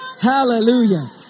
hallelujah